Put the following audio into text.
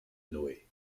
noé